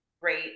great